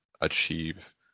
achieve